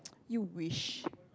you wish